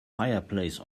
fireplace